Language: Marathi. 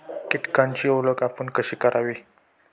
कीटकांची ओळख आपण कशी करावी?